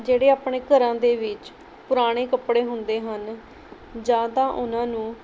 ਜਿਹੜੇ ਆਪਣੇ ਘਰਾਂ ਦੇ ਵਿੱਚ ਪੁਰਾਣੇ ਕੱਪੜੇ ਹੁੰਦੇ ਹਨ ਜਾਂ ਤਾਂ ਉਹਨਾਂ ਨੂੰ